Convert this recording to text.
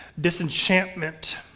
disenchantment